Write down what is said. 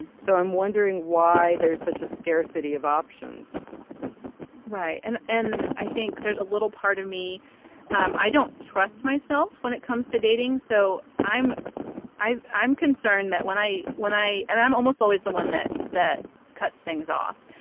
so i'm wondering why there's such a scarcity of options right. and and i think there's a little part of me i don't trust myself when it comes to dating, so i'm i'm i'm concerned that when i when i and i'm almost always the one that that cuts things off.